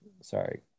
sorry